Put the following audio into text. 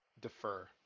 Defer